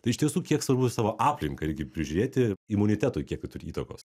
tai iš tiesų kiek svarbu savo aplinką irgi prižiūrėti imunitetui kiek tai turi įtakos